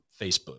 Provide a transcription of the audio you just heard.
Facebook